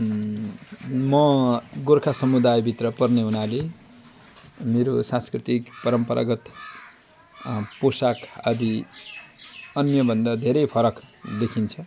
म गोर्खा समुदायभित्र पर्ने हुनाले मेरो सांस्कृतिक परम्परागत पोसाक आदि अन्य भन्दा धेरै फरक देखिन्छ